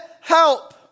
help